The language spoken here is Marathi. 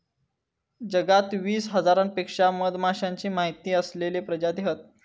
जगात वीस हजारांपेक्षा मधमाश्यांचे माहिती असलेले प्रजाती हत